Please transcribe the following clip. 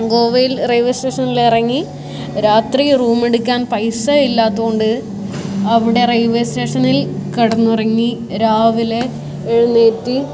ഗോവയിൽ റെയിൽവേ സ്റ്റേഷനിൽ ഇറങ്ങി രാത്രി റൂമെടുക്കാൻ പൈസ ഇല്ലാത്തത് കൊണ്ട് അവിടെ റെയിൽവേ സ്റ്റേഷനിൽ കിടന്നുറങ്ങി രാവിലെ എഴുന്നേറ്റ്